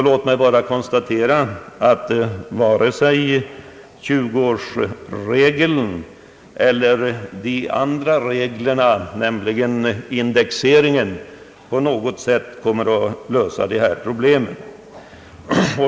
Låt mig bara konstatera att varken tjugoårsregeln eller indexserien på något sätt kommer att lösa dessa problem.